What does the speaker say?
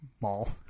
mall